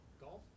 Golf